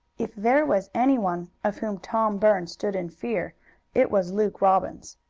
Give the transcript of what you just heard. if there was anyone of whom tom burns stood in fear it was luke robbins.